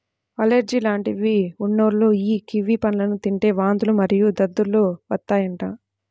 allergy లాంటివి ఉన్నోల్లు యీ కివి పండ్లను తింటే వాంతులు మరియు దద్దుర్లు వత్తాయంట